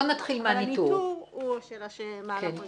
ניתור זו שאלה.